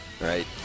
right